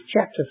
chapter